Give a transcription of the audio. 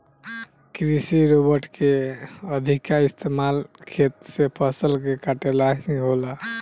कृषि रोबोट के अधिका इस्तमाल खेत से फसल के काटे ला ही होला